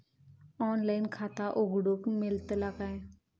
Online खाता उघडूक मेलतला काय?